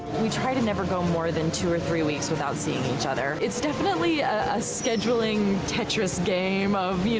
we try to never go more then two or three weeks without seeing each other. it's definitely a scheduling tetras game of, you